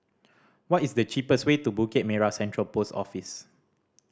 what is the cheapest way to Bukit Merah Central Post Office